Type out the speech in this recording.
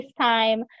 FaceTime